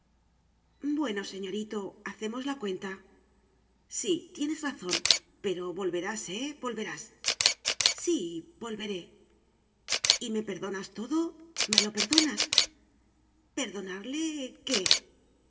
bueno señorito hacemos la cuenta sí tienes razón pero volverás eh volverás sí volveré y me perdonas todo me lo perdonas perdonarle qué